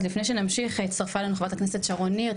לפני שנמשיך הצטרפה אלינו חברת הכנסת שרון ניר,